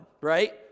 right